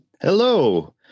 Hello